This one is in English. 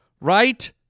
right